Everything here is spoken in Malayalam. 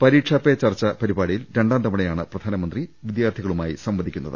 പരീക്ഷാപേ ചർച്ച പരിപാടിയിൽ രണ്ടാംതവണയാണ് പ്രധാനമന്ത്രി വിദ്യാർത്ഥി കളുമായി സംവദിക്കുന്നത്